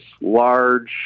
large